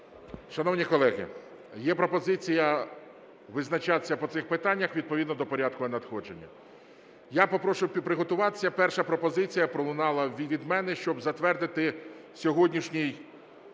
Шановні колеги, є пропозиція визначатися по цих питаннях відповідно до порядку надходження. Я попрошу приготуватися. Перша пропозиція пролунала від мене, щоб затвердити сьогоднішній порядок